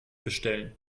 bestellen